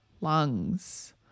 lungs